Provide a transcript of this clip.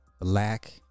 black